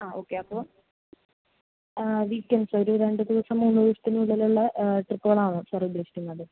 ആ ഓക്കെ അപ്പോൾ വീക്കെൻ്റ്സ് ഒരു രണ്ടു ദിവസം മൂന്നു ദിവസത്തിനുള്ളിലുള്ള ട്രിപ്പുകളാണോ സർ ഉദ്ദേശിക്കുന്നത്